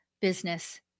business